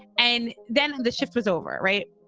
and then the shift was over. right